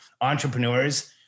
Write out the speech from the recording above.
entrepreneurs